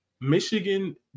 Michigan